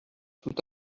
tout